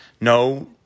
No